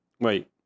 wait